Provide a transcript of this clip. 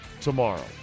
tomorrow